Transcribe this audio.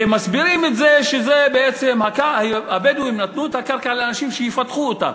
והם מסבירים את זה שבעצם הבדואים נתנו את הקרקע לאנשים שיפתחו אותה.